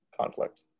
conflict